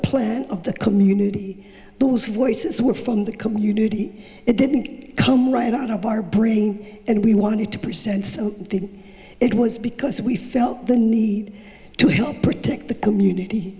plan of the community those voices were from the community it didn't come right out of our bringing and we wanted to present the it was because we felt the need to help protect the community